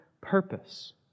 purpose